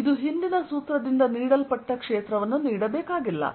ಇದು ಹಿಂದಿನ ಸೂತ್ರದಿಂದ ನೀಡಲ್ಪಟ್ಟ ಕ್ಷೇತ್ರವನ್ನು ನೀಡಬೇಕಾಗಿಲ್ಲ